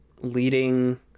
leading